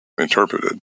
interpreted